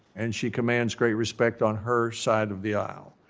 and she commands great respect on her side of the aisle,